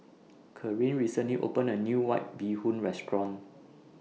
Kareen recently opened A New White Bee Hoon Restaurant